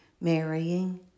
marrying